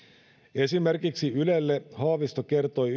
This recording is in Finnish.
esimerkiksi ylelle haavisto kertoi